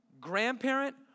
grandparent